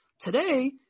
Today